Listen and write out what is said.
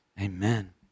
Amen